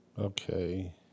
okay